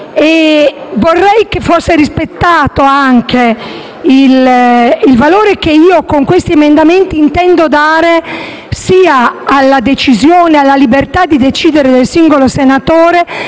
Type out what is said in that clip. e vorrei che fosse rispettato anche il valore che con essi intendo dare sia alla decisione e alla libertà di decidere del singolo senatore,